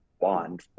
bond